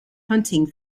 hunting